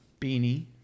beanie